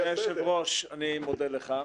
אדוני היושב-ראש, אני מודה לך.